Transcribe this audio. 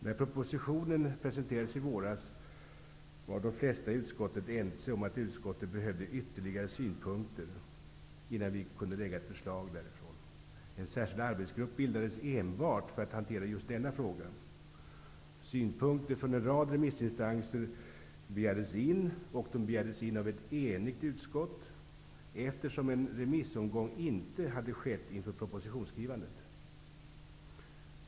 När propositionen presenterades i våras var de flesta i utskottet ense om att utskottet behövde ytterligare synpunkter innan vi skulle kunna lägga fram ett förslag därifrån. En särskild arbetsgrupp bildades enbart för att hantera just denna fråga. Synpunkter från en rad remissinstanser begärdes in av ett enigt utskott, eftersom en remissomgång inte hade föregått propositionsskrivandet.